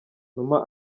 numa